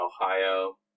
Ohio